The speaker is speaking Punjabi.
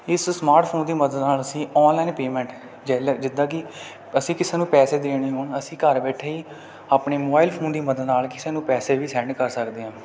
ਇਸ ਸਮਾਰਟਫੋਨ ਦੀ ਮਦਦ ਨਾਲ ਅਸੀਂ ਆਨਲਾਈਨ ਪੇਮੈਂਟ ਜਿੱਦਾਂ ਕਿ ਅਸੀਂ ਕਿਸੇ ਨੂੰ ਪੈਸੇ ਦੇਣੇ ਹੋਣ ਅਸੀਂ ਘਰ ਬੈਠੇ ਹੀ ਆਪਣੇ ਮੋਬਾਇਲ ਫੋਨ ਦੀ ਮਦਦ ਨਾਲ ਕਿਸੇ ਨੂੰ ਪੈਸੇ ਵੀ ਸੈਂਡ ਕਰ ਸਕਦੇ ਹਾਂ